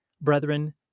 Brethren